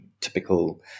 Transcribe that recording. typical